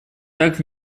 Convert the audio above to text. так